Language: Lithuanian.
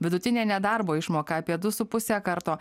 vidutinė nedarbo išmoka apie du su puse karto